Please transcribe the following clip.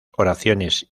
oraciones